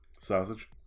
Sausage